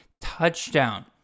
touchdown